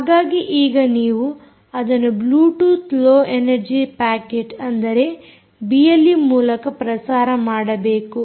ಹಾಗಾಗಿ ಈಗ ನೀವು ಅದನ್ನು ಬ್ಲೂಟೂತ್ ಲೋ ಎನರ್ಜೀ ಪ್ಯಾಕೆಟ್ ಅಂದರೆ ಬಿಎಲ್ಈ ಮೂಲಕ ಪ್ರಸಾರ ಮಾಡಬೇಕು